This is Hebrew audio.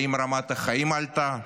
האם רמת החיים עלתה?